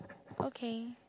okay